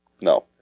No